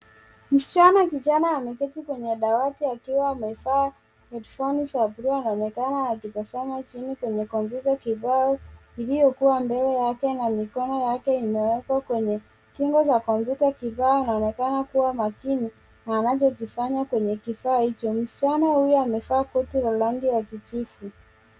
Msichana kijana ameketi kwenye dawati akiwa amevaa headphone za bluu anaonekana akitazama chini kwenye kompyuta kibao iliyokuwa mbele yake na mikono yake imewekwa kwenye kingo za kompyuta kibao anaonekana kuwa makini na anachokifanya kwenye kifaa hicho. Msichana huyo amevaa koti la rangi ya kijivu.